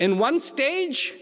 in one stage